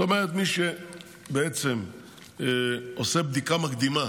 זאת אומרת, מי שבעצם עושה בדיקה מקדימה